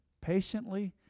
Patiently